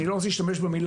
אני לא רוצה להשתמש במילה,